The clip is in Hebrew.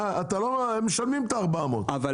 הם משלמים על 400. מה המשחק הזה?